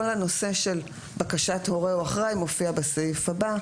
כל הנושא של בקשת הורה או אחראי מופיע בסעיף הבא.